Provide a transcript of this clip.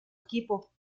equipo